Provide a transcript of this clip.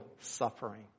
suffering